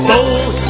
Bold